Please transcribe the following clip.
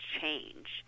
change